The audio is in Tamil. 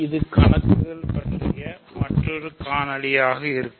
இது கணக்குகள் பற்றிய மற்றொரு காணொளியாக இருக்கும்